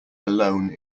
alone